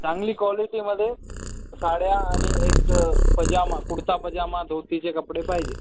चांगली क्वालिटीमध्ये साड्या आणि एक पजामा कुडता पजामा धोतीचे कपडे पाहिजे